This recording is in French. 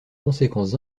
conséquences